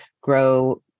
grow